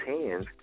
hands